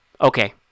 Okay